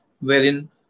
wherein